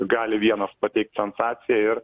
gali vienas pateikt sensaciją ir